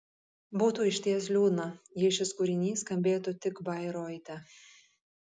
būtų išties liūdna jei šis kūrinys skambėtų tik bairoite